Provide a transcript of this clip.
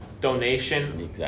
donation